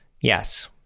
Yes